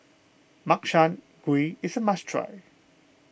Makchang Gui is a must try